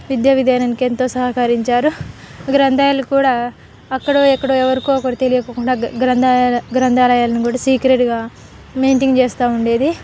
విద్యా విధానానికి ఎంతో సహకరించారు గ్రంథాయాలు కూడా అక్కడో ఎక్కడో ఎవరికో ఒకరికి తెలియకోకుండా గ్రంథాలయాల గ్రంథాలయాలను కూడా సీక్రెట్గా మెయింటైన్ చేస్తూ ఉండేది